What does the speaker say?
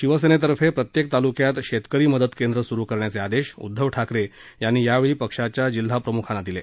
शिवसेनेतर्फे प्रत्येक तालुक्यात शेतकरी मदत केंद्र सुरु करण्याचे आदेश ठाकरे यांनी यावेळी पक्षाच्या जिल्हाप्रम्खांना दिले